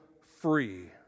free